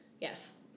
yes